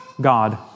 God